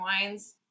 wines